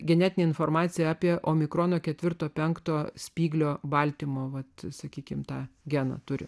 genetinė informacija apie o mikrono ketvirto penkto spyglio baltymo vat sakykime tą geną turi